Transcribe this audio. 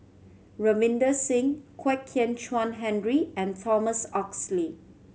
Ravinder Singh Kwek Kian Chuan Henry and Thomas Oxley